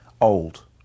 old